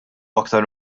aktar